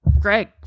Greg